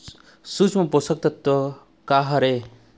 सूक्ष्म पोषक तत्व का हर हे?